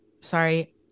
sorry